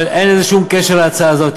אבל אין לזה שום קשר להצעה הזאת.